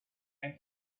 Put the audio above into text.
and